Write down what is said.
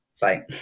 Bye